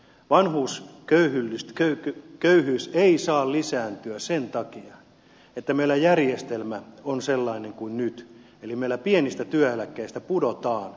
vanhuusköyhyys ei saa lisääntyä sen takia että meillä järjestelmä on sellainen kuin nyt eli meillä pienistä työeläkkeistä pudotaan